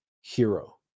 hero